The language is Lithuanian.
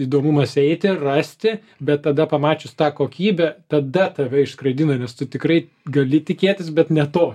įdomumas eiti rasti bet tada pamačius tą kokybę tada tave išskraidino nes tu tikrai gali tikėtis bet ne to